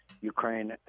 Ukraine